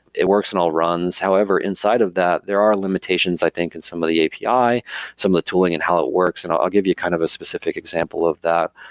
it works in all runs. however inside of that, there are limitations i think in some of the api, some of the tooling and how it works and i'll give you kind of a specific example of that.